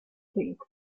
thing